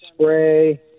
spray